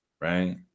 Right